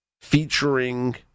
featuring